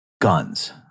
guns